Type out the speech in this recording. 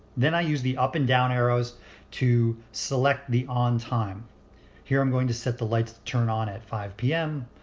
then i use the up and down arrows to select the on time here. i'm going to set the lights to turn on at five zero p m.